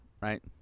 right